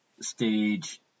stage